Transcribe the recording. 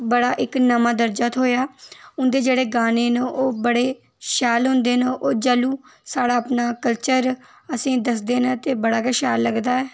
बडा इक नमां दर्जा थ्होआ जेह्ड़े गाने न शैल होंदे न ओह् जलू साढ़ा अपना कल्चर असेंगी गी दसदे न बड़ा गै शैल लग्गना